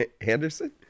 Anderson